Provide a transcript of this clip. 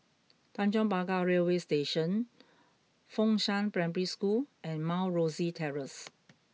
Tanjong Pagar Railway Station Fengshan Primary School and Mount Rosie Terrace